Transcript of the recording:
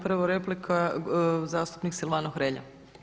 Prva replika zastupnik Silvano Hrelja.